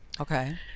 Okay